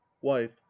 wife